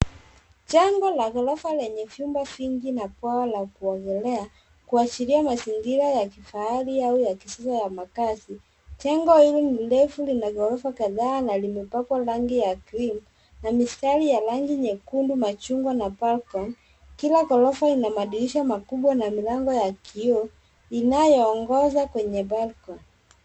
Jengo la ghorofa lenye vyumba vingi na bwawa la kuogelea kuashiria mazingira ya kifahari au ya kisasa ya makazi. Jengo hilo ni refu, lina ghorofa kadhaa na limepakwa rangi ya cream na mistari ya rangi nyekundu, machungwa na balcony . Kila gorofa ina madirisha makubwa na milango ya kioo inayoongoza kwenye balcony